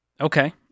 Okay